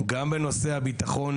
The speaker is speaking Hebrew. גם בנושא הפח"ע,